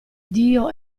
dio